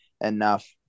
enough